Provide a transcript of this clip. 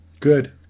Good